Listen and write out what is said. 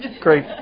great